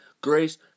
grace